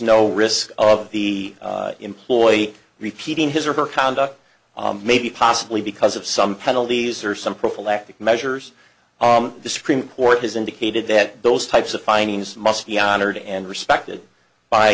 no risk of the employee repeating his or her conduct maybe possibly because of some penalties or some prophylactic measures the supreme court has indicated that those types of findings must be honored and respected by